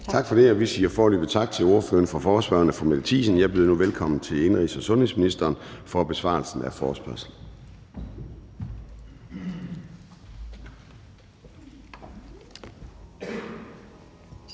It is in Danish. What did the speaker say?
Tak for det. Vi siger foreløbig tak til ordføreren for forespørgerne, fru Mette Thiesen. Jeg byder nu velkommen til indenrigs- og sundhedsministeren for besvarelse af forespørgslen. Kl.